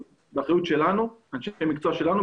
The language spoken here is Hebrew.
האחריות היא של אנשי המקצוע שלנו,